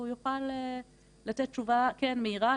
והוא יוכל לתת תשובה מהירה,